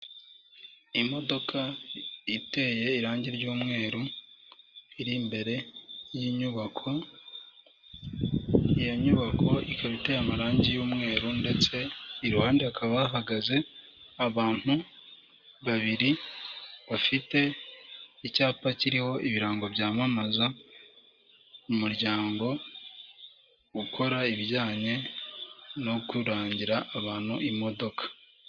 Imodoka iteye irangi ry'umweru iri imbere y'inyubako. Iyo nyubako ikaba iteye amarangi y'umweru ndetse iruhande hakaba hahagaze abantu babiri bafite icyapa kiriho ibirango byamamaza umuryango ukora ibijyanye no kurangira abantu imodoka.